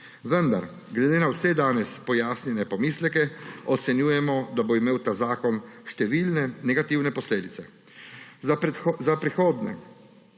Vendar glede na vse danes pojasnjene pomisleke ocenjujemo, da bo imel ta zakon številne negativne posledice. Za prihodke